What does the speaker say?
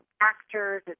actors